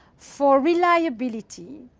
for reliability,